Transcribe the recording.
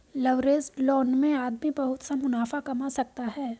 leveraged loan में आदमी बहुत सा मुनाफा कमा सकता है